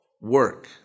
work